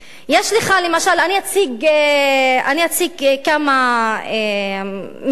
אני אציג כמה מקרים: